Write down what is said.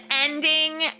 ending